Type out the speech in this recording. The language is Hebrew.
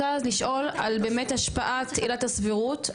אני רוצה לשאול על באמת השפעת עילת הסבירות,